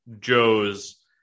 Joe's